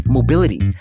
Mobility